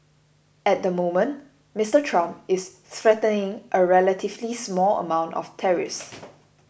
at the moment Mister Trump is threatening a relatively small amounts of tariffs